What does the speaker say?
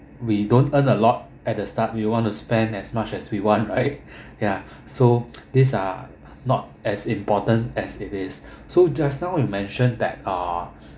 we don't earn a lot at the start we want to spend as much as we want right ya so these are not as important as it is so just now you mention that ah